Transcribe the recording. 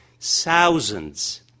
thousands